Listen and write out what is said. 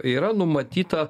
yra numatyta